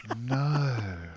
no